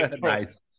Nice